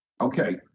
Okay